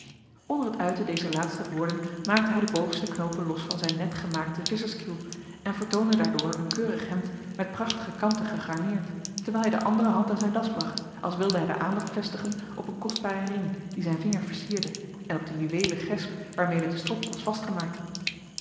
onder het uiten dezer laatste woorden maakte hij de bovenste knoopen los van zijn net gemaakte visscherskiel en vertoonde daardoor een keurig hemd met prachtige kanten gegarneerd terwijl hij de andere hand aan zijn das bracht als wilde hij de aandacht vestigen op een kostbaren ring die zijn vinger versierde en op den juweelen gesp waarmede de strop was vastgemaakt